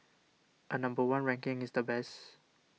a number one ranking is the best